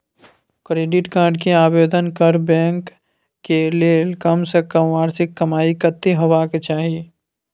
Credit card के आवेदन करबैक के लेल कम से कम वार्षिक कमाई कत्ते होबाक चाही?